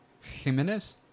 Jimenez